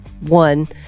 one